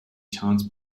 chance